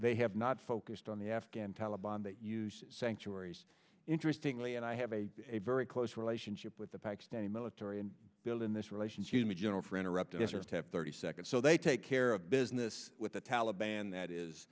they have not focused on the afghan taliban that use sanctuaries interestingly and i have a very close relationship with the pakistani military and build in this relations you know general for interrupting this or to have thirty seconds so they take care of business with the taliban that is